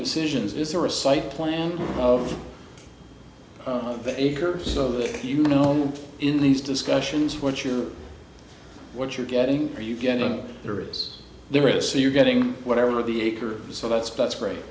decisions is there a site plan of the acres so that you know in these discussions what you're what you're getting are you getting the roots there are so you're getting whatever the acre is so that's that's great